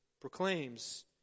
proclaims